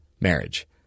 marriage